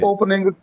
Opening